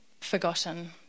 forgotten